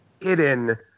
hidden